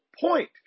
point